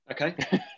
okay